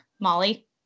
Molly